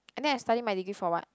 and then I study my degree for what